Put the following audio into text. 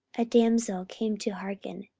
a damsel came to hearken,